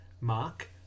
Mark